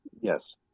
Yes